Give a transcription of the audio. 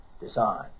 design